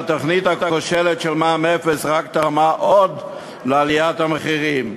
והתוכנית הכושלת של מע"מ אפס רק תרמה עוד לעליית המחירים,